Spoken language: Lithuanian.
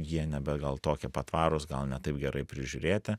jie nebe gal tokie patvarūs gal ne taip gerai prižiūrėti